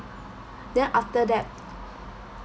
then after that